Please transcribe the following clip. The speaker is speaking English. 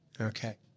Okay